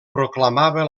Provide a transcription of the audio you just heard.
proclamava